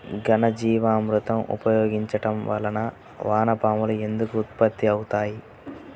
ఘనజీవామృతం ఉపయోగించటం వలన వాన పాములు ఎందుకు ఉత్పత్తి అవుతాయి?